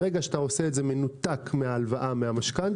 ברגע שאתה עושה את זה מנותק מהלוואה מהמשכנתא,